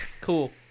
Cool